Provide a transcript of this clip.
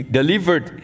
delivered